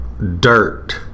dirt